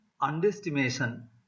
underestimation